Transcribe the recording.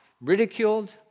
ridiculed